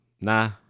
nah